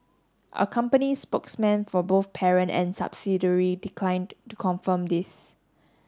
a company spokesman for both parent and subsidiary declined to confirm this